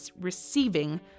receiving